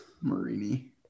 Marini